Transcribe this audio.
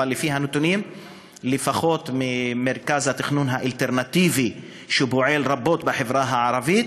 אבל לפחות מהנתונים של מרכז התכנון האלטרנטיבי שפועל רבות בחברה הערבית,